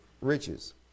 riches